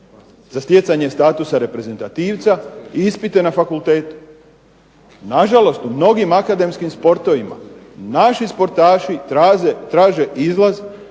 za stjecanje statusa reprezentativca i ispite na fakultetu. Nažalost, u mnogim akademskim sportovima naši sportaši traže izlaz